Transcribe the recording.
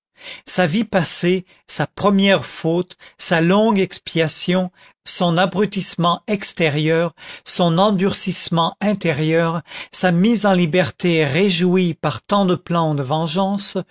sa vie passée sa première faute sa longue expiation son abrutissement extérieur son endurcissement intérieur sa mise en liberté réjouie par tant de plans de vengeance